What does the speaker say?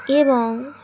এবং